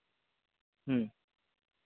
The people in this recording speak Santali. ᱦᱮᱸ